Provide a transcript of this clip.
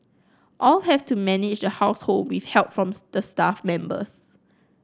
all have to manage household with help from the staff members